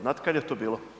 Znate kada je to bilo?